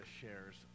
shares